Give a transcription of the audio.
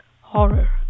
horror